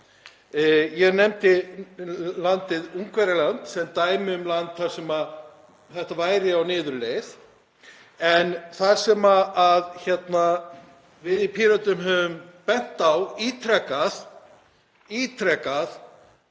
Ég nefndi landið Ungverjaland sem dæmi um land þar sem lýðræði væri á niðurleið. En það sem við í Pírötum höfum bent á ítrekað